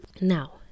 now